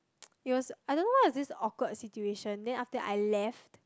it was I don't know what was this awkward situation then after that I left